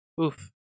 Oof